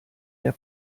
der